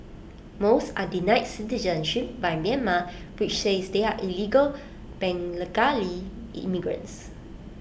most are denied citizenship by Myanmar which says they are illegal Bengali immigrants